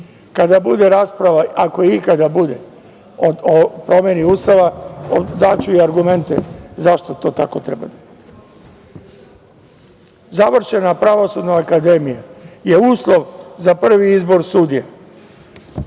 Ako bude rasprava, ako je ikada bude, o promeni Ustava, daću i argumente zašto to tako treba. Završena Pravosudna akademija je uslov za prvi izbor sudija.